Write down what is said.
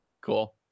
Cool